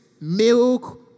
milk